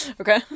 Okay